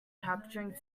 capturing